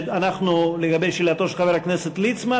לגבי שאלתו של חבר הכנסת ליצמן,